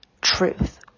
truth